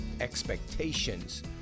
expectations